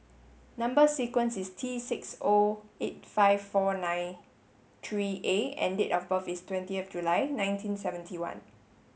number sequence is T six O eight five four nine three A and date of birth is twentieth July nineteen seventy one